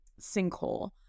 Sinkhole